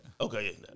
Okay